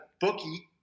bookie